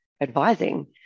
advising